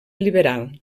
liberal